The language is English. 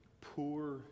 poor